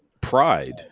Pride